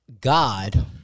god